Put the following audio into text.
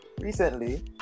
recently